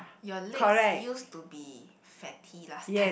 your legs used to be fatty last time